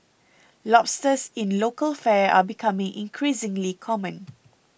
Lobsters in local fare are becoming increasingly common